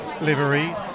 livery